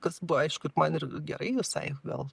kas buvo aišku man ir gerai visai gal